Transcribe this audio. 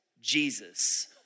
Jesus